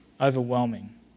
overwhelming